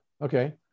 Okay